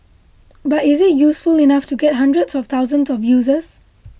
but is it useful enough to get hundreds of thousands of users